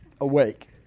awake